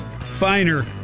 finer